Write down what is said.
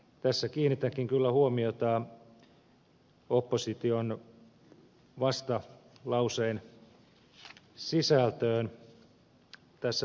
tässä kiinnitänkin kyllä huomiota opposition vastalauseen sisältöön